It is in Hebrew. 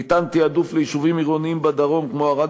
ניתן תעדוף ליישובים עירוניים בדרום כמו ערד,